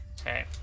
Okay